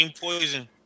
poison